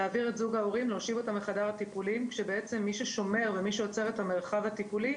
להושיב את ההורים לחדר הטיפולים כשמי שיוצר את המרחב הטיפולי